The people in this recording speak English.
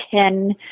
ten